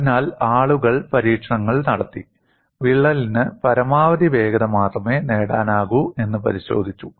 അതിനാൽ ആളുകൾ പരീക്ഷണങ്ങൾ നടത്തി വിള്ളലിന് പരമാവധി വേഗത മാത്രമേ നേടാനാകൂ എന്ന് പരിശോധിച്ചു